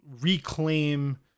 reclaim